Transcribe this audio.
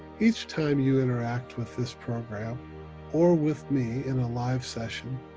each time you interact with this program or with me in a live session,